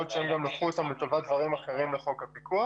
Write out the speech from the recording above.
יכול להיות שהם לקחו אותם גם לטובת דברים אחרים בחוק הפיקוח